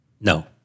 No